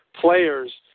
players